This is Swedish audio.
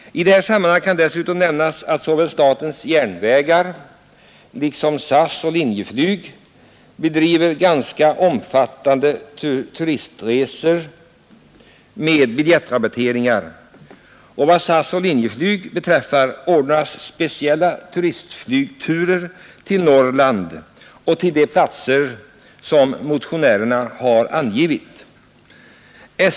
I det här sammanhanget kan dessutom nämnas att såväl SJ som SAS och Linjeflyg bedriver ganska omfattande turistreseverksamhet med biljettrabatteringar, och vad SAS och Linjeflyg beträffar ordnas speciella turistflygturer till Norrland och till de platser som motionärerna angivit.